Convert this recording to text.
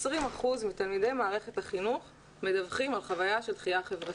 20 אחוזים מתלמידי מערכת החינוך מדווחים על חוויה של דחייה חברתית.